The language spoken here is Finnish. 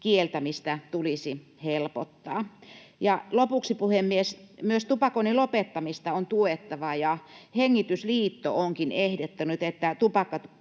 kieltämistä tulisi helpottaa. Lopuksi, puhemies: Myös tupakoinnin lopettamista on tuettava. Hengitysliitto onkin ehdottanut, että